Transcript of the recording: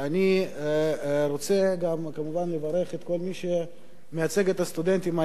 אני רוצה גם לברך את כל מי שמייצג את הסטודנטים היום,